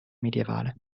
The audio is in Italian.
medievale